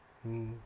mm